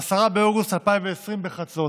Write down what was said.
10 באוגוסט 2020, בחצות,